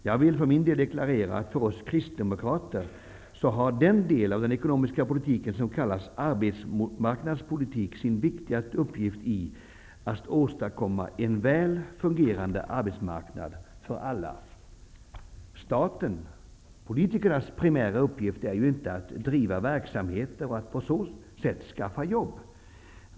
Jag vill för min del deklarera att för oss kristdemokrater har den del av den ekonomiska politiken som kallas arbetsmarknadspolitik sin viktigaste uppgift i att åstadkomma en väl fungerande arbetsmarknad för alla. Statens/politikernas primära uppgift är ju inte att driva verksamheter och att på det sättet skapa jobb.